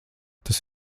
tas